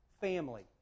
family